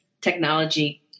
technology